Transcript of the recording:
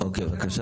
אין הגדרה,